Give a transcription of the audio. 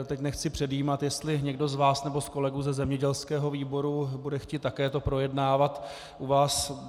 Teď nechci předjímat, jestli někdo z vás nebo z kolegů ze zemědělského výboru bude chtít také to projednávat u vás.